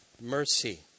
mercy